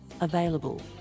available